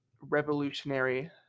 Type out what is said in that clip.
revolutionary